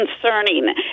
concerning